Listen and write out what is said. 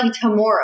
tomorrow